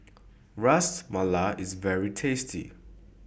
Ras Malai IS very tasty